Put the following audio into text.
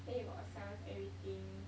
then you got assignments everything